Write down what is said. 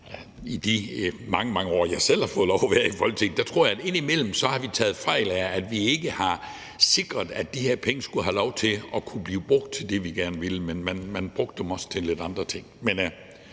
i de mange, mange år, jeg selv har fået lov til at være i Folketinget, indimellem har taget fejl på den måde, at vi ikke har sikret, at de her penge skulle have lov til at blive brugt til det, vi gerne ville. Man har også brugt dem til lidt andre ting.